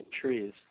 trees